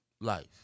life